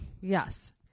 Yes